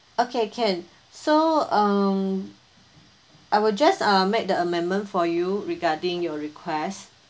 okay can so um I will just uh make the amendment for you regarding your request